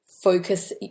focus